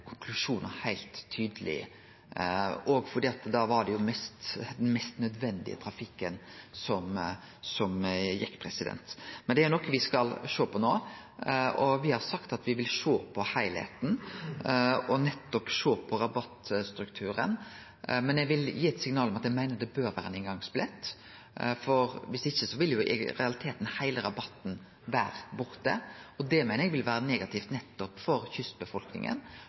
heilt tydelege konklusjonar. Det var òg den mest nødvendige trafikken som gjekk då. Men dette er noko me skal sjå på no. Me har sagt at me vil sjå på heilskapen og på nettopp rabattstrukturen, men eg vil gi eit signal om at eg meiner det bør vere ein inngangsbillett, viss ikkje vil i realiteten heile rabatten vere borte. Det meiner eg vil vere negativt for nettopp kystbefolkninga,